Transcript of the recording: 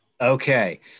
Okay